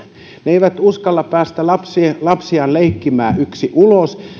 he eivät uskalla päästää lapsiaan lapsiaan leikkimään yksin ulos